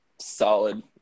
solid